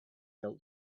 felt